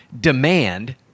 demand